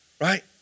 right